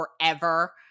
forever